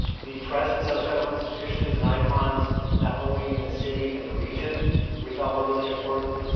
the presence of federal institutions and icons not only in the city and the region we felt were really important,